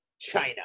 China